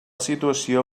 situació